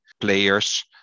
players